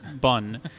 bun